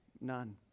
None